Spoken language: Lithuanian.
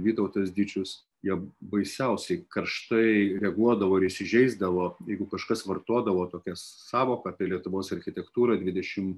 vytautas dičius jie baisiausiai karštai reaguodavo ir įsižeisdavo jeigu kažkas vartodavo tokią sąvoką apie lietuvos architektūrą dvidešimt